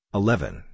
eleven